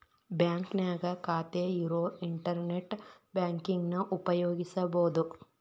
ಬಾಂಕ್ನ್ಯಾಗ ಖಾತೆ ಇರೋರ್ ಇಂಟರ್ನೆಟ್ ಬ್ಯಾಂಕಿಂಗನ ಉಪಯೋಗಿಸಬೋದು